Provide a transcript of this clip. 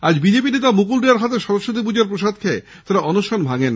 আজ বিজেপি নেতা মুকুল রায়ের হাতে সরস্বতী পুজোর প্রসাদ খেয়ে তারা অনশন ভাঙেন